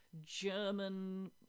German